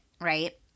right